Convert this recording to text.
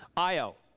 io,